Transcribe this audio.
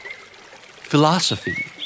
philosophy